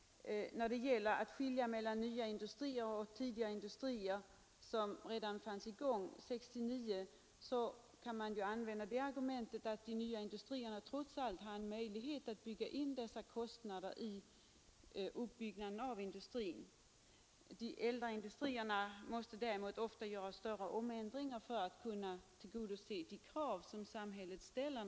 När det gäller att skilja mellan nya industrier och tidigare etablerade industrier, som redan var i gång 1969, får man konstatera, att de nya industrierna trots allt har möjlighet att bygga in dessa kostnader vid uppbyggnaden av anläggningarna. De äldre industrierna måste däremot ofta göra större omändringar för att kunna tillgodose de miljövårdskrav som samhället ställer.